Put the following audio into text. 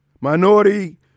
minority